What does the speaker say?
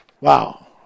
Wow